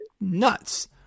Nuts